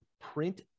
print